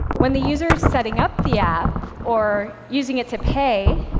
when the user is setting up the app or using it to pay,